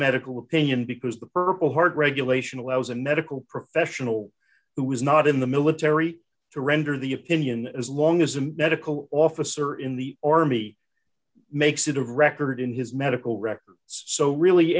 medical opinion because the purple heart regulation allows a medical professional who is not in the military to render the opinion as long as a medical officer in the army makes it a record in his medical records so really